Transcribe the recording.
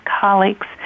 colleagues